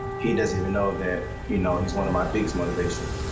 he doesn't even know that you know he's one of my biggest motivation.